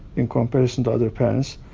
in comparison to other parents,